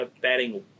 batting